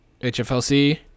HFLC